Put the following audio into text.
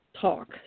talk